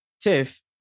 Tiff